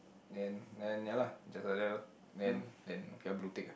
then then ya lah just like lor then then okay blue tick ah